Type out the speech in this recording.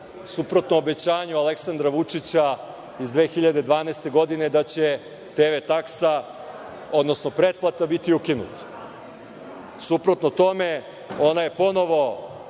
suprotno obećanju Aleksandra Vučića iz 2012. godine da će TV taksa, odnosno pretplata biti ukinuta. Suprotno tome, ona je ponovo